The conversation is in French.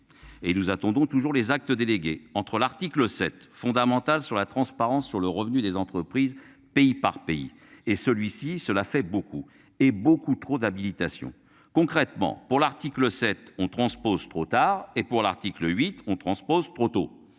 Et nous attendons toujours les actes délégués entre l'article 7 fondamentales sur la transparence sur le revenu des entreprises, pays par pays et celui-ci, cela fait beaucoup et beaucoup trop d'habilitation, concrètement pour l'article 7 on transpose trop tard et pour l'article 8 on transpose trop tôt.